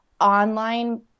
online